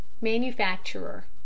Manufacturer